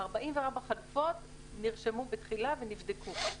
44 חלופות שנרשמו בתחילה ונבדקו.